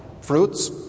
fruits